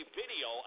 video